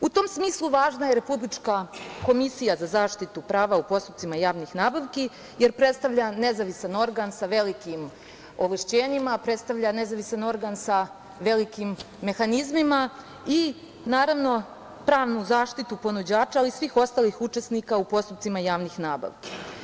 U tom smislu, važna je Republička komisija za zaštitu prava u postupcima javnih nabavki jer predstavlja nezavisan organ sa velikim ovlašćenjima, predstavlja nezavisan organ sa velikim mehanizmima i naravno pravnu zaštitu ponuđača, ali i svih ostalih učesnika u postupcima javnih nabavki.